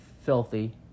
filthy